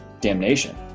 damnation